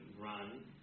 run